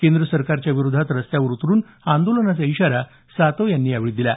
केंद्र सरकारच्या विरोधात रस्त्यावर उतरून आंदोलनाचा इशारा यावेळी सातव यांनी दिला